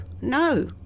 no